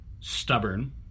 stubborn